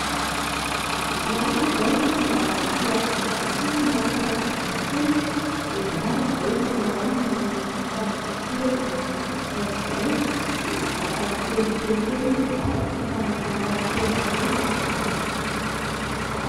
Ny ahy aloha izao ny fomba nandrisihako ny zanako hoe hanao fanatanjahantena dia miaraka izahay isa-maraina mandeha mihazakazaka kely ohatr'izay, dia zatra tsikelikely teny izy dia lasa tia fanatanjahantena be izy amin'izao